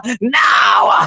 now